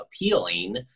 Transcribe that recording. appealing